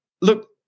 Look